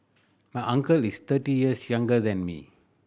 my uncle is thirty years younger than me